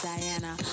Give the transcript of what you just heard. Diana